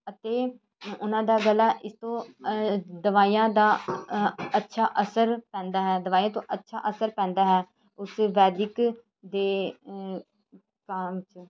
ਅਤੇ ਉਹਨਾਂ ਦਾ ਗਲਾ ਇਸ ਤੋਂ ਦਵਾਈਆਂ ਦਾ ਅੱਛਾ ਅਸਰ ਪੈਂਦਾ ਹੈ ਦਵਾਈ ਤੋਂ ਅੱਛਾ ਅਸਰ ਪੈਂਦਾ ਹੈ ਉਸ ਵੈਦਿਕ ਦੇ ਕਾਮ 'ਚ